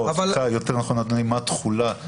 סליחה, יותר נכון, אדוני, מה התחולה.